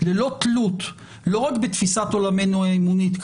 ללא תלות לא רק בתפיסת עולמנו האמונית,